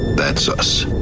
that's us.